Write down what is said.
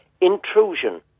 Intrusion